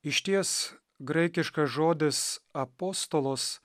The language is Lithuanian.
išties graikiškas žodis apostolos